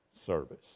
service